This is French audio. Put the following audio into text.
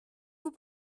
vous